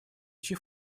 чьи